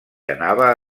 anava